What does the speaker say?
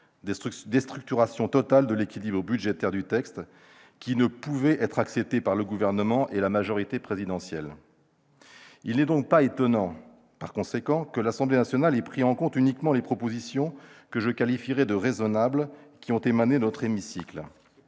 déstructuration totale de l'équilibre budgétaire du texte ne pouvait être acceptée par le Gouvernement et la majorité présidentielle. Il n'est donc pas étonnant que l'Assemblée nationale ait pris en compte uniquement les propositions que je qualifierais de raisonnables qui ont émané de notre hémicycle.